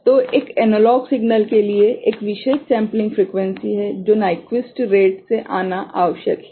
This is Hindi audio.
तो एक एनालॉग सिग्नल के लिए एक विशेष सेंपलिंग फ्रिक्वेंसी है जो नाइक्वीस्ट रेट से आना आवश्यक है